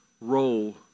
role